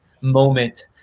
moment